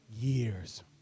years